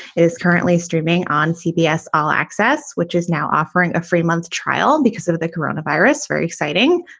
is currently streaming on cbs all access, which is now offering a free month trial because of the corona virus. very exciting.